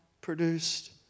produced